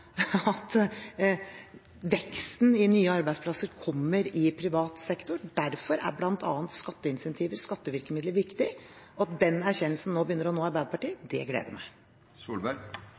at veksten i nye arbeidsplasser kommer i privat sektor. Derfor er bl.a. skatteincentiver og skattevirkemidler viktig. At den erkjennelsen nå begynner å nå Arbeiderpartiet, det gleder